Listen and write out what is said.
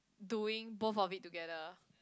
doing both of it together